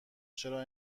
چرا